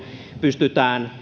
pystytään